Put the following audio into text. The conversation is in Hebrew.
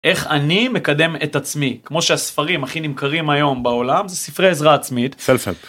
איך אני מקדם את עצמי כמו שהספרים הכי נמכרים היום בעולם זה ספרי עזרה עצמית. Self help